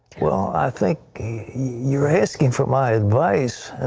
well, i think you are asking for my advice,